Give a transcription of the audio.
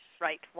right